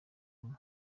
rumwe